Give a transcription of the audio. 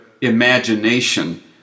imagination